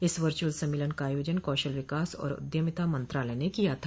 इस वर्चुअल सम्मेलन का आयोजन कौशल विकास और उद्यमिता मंत्रालय ने किया था